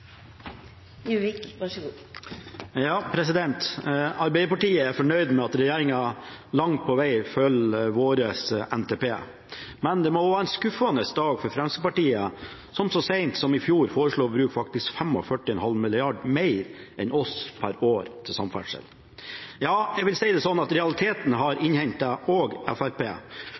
fornøyd med at regjeringen langt på veg følger vår NTP. Men det må være en skuffende dag for Fremskrittspartiet, som så sent som i fjor faktisk foreslo å bruke 45,5 mrd. kr mer enn oss til samferdsel per år. Ja, jeg vil si det slik at realitetene har